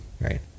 Right